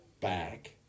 back